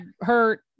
hurt